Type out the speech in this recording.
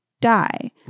die